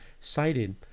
cited